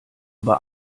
war